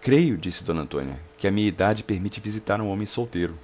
creio disse d antônia que a minha idade permite visitar um homem solteiro